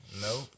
Nope